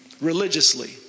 Religiously